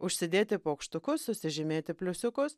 užsidėti paukštukus susižymėti pliusiukus